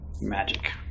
Magic